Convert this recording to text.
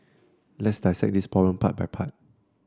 let's dissect this problem part by part